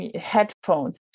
headphones